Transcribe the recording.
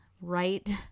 right